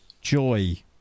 joy